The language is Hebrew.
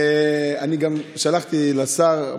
אני גם שלחתי לשר,